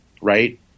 Right